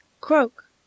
Croak